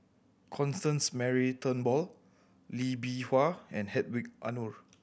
Constance Mary Turnbull Lee Bee Wah and Hedwig Anuar